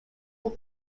will